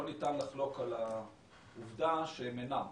לא ניתן לחלוק על העובדה שהם אינם.